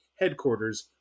headquarters